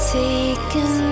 taken